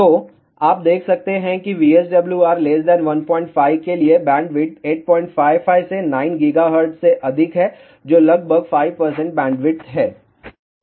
तो आप देख सकते हैं कि VSWR 15 के लिए बैंडविड्थ 855 से 9 GHz से अधिक है जो लगभग 5 बैंडविड्थ है